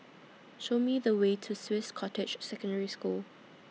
Show Me The Way to Swiss Cottage Secondary School